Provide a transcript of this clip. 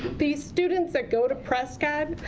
these students that go to prescott,